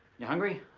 you hungry?